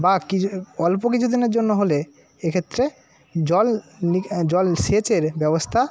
বা অল্প কিছুদিনের জন্য হলে এক্ষেত্রে জল সেচের ব্যবস্থা